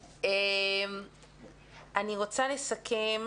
אני רוצה לסכם.